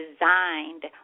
designed